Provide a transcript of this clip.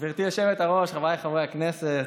חבריי חברי הכנסת,